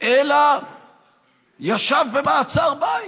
אלא ישב במעצר בית?